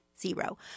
zero